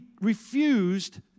refused